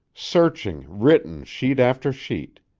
searching written sheet after sheet.